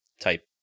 type